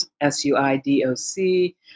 S-U-I-D-O-C